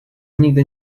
nigdy